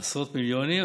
עשרות מיליונים.